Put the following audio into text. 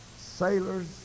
sailors